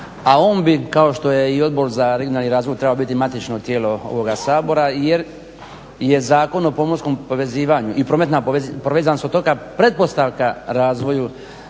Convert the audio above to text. a on bi kao što je i Odbor za regionalni razvoj trebao biti matično tijelo ovoga Sabora jer je Zakon o pomorskom povezivanju i prometna povezanost otoka pretpostavka razvoju